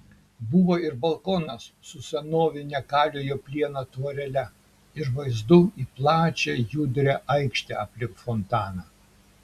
buvo ir balkonas su senovine kaliojo plieno tvorele ir vaizdu į plačią judrią aikštę aplink fontaną